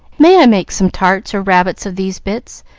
may i make some tarts or rabbits of these bits?